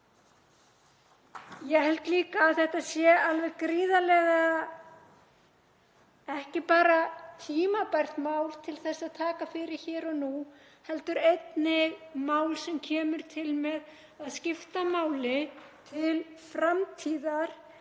Ég held líka að þetta sé ekki bara tímabært mál til að taka fyrir hér og nú heldur einnig mál sem kemur til með að skipta máli til framtíðar,